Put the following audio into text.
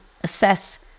assess